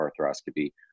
Arthroscopy